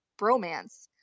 bromance